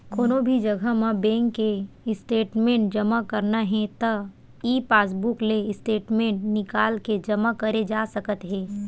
कोनो भी जघा म बेंक के स्टेटमेंट जमा करना हे त ई पासबूक ले स्टेटमेंट निकाल के जमा करे जा सकत हे